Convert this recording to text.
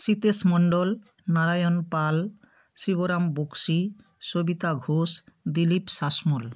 Sitesh Mondal Narayan Pal Shibram Bakshi Sabita Ghosh Dilip Sasmal